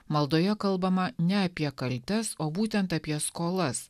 maldoje kalbama ne apie kaltes o būtent apie skolas